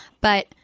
But-